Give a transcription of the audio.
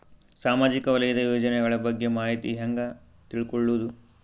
ಸಾಮಾಜಿಕ ವಲಯದ ಯೋಜನೆಗಳ ಬಗ್ಗೆ ಮಾಹಿತಿ ಹ್ಯಾಂಗ ತಿಳ್ಕೊಳ್ಳುದು?